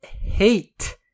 hate